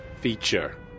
feature